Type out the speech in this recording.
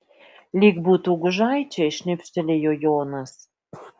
lyg būtų gužaičiai šnibžtelėjo jonas